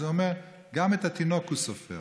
זה אומר שגם את התינוק הוא סופר.